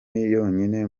yonyine